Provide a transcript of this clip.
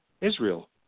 Israel